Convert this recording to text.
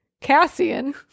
Cassian